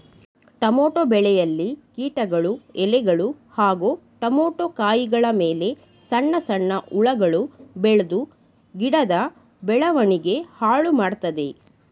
tomato ಬೆಳೆಯಲ್ಲಿ ಕೀಟಗಳು ಎಲೆಗಳು ಹಾಗೂ ಟಮೋಟ ಕಾಯಿಗಳಮೇಲೆ ಸಣ್ಣ ಸಣ್ಣ ಹುಳಗಳು ಬೆಳ್ದು ಗಿಡದ ಬೆಳವಣಿಗೆ ಹಾಳುಮಾಡ್ತದೆ